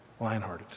Lionhearted